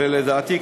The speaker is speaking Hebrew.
ולדעתי,